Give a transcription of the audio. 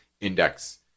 index